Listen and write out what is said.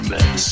Mix